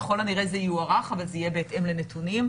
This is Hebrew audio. ככל הנראה זה יוארך, אבל זה בהתאם לנתונים.